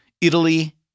Italy